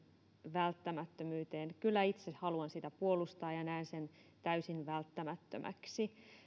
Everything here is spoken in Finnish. välttämättömyyteen kyllä itse haluan sitä puolustaa ja näen sen täysin välttämättömäksi